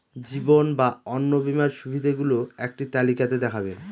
জীবন বা অন্ন বীমার সুবিধে গুলো একটি তালিকা তে দেখাবেন?